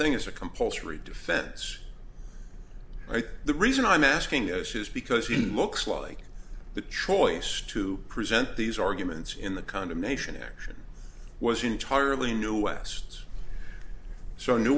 thing as a compulsory defense i think the reason i'm asking is is because he looks like the choice to present these arguments in the condemnation action was entirely new west's so new